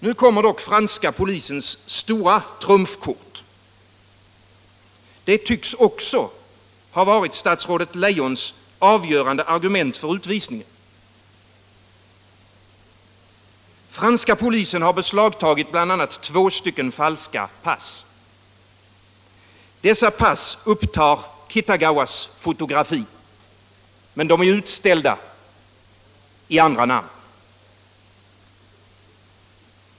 Nu kommer dock franska polisens stora trumfkort. Det tycks också ha varit statsrådet Leijons avgörande argument för utvisningen. Franska polisen har beslagtagit bl.a. två falska pass. Dessa upptar Kitagawas fotografi men är utställda i andra namn.